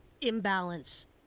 imbalance